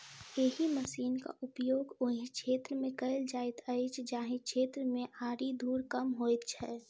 एहि मशीनक उपयोग ओहि क्षेत्र मे कयल जाइत अछि जाहि क्षेत्र मे आरि धूर कम होइत छै